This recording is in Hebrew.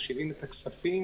משיבים את הכספים.